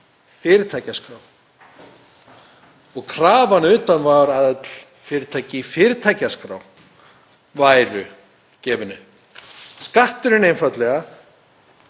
fyrirtækjaskrá. Krafan utan frá var að fyrirtæki í fyrirtækjaskrá væru gefin upp. Skatturinn einfaldlega